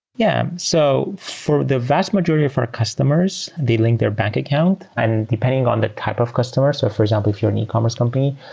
yeah. so for the vast majority of our customers, they link their bank account, and depending on the type of customer. so for example, if you're an ecommerce company,